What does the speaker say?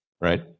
right